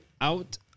out